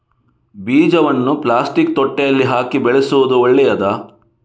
ಬೀಜವನ್ನು ಪ್ಲಾಸ್ಟಿಕ್ ತೊಟ್ಟೆಯಲ್ಲಿ ಹಾಕಿ ಬೆಳೆಸುವುದು ಒಳ್ಳೆಯದಾ?